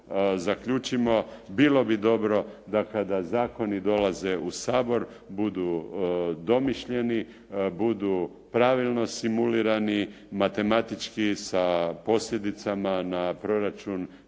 zaključimo. Bilo bi dobro da kada zakoni dolaze u Sabor budu domišljeni, budu pravilno simulirani, matematički sa posljedicama na proračun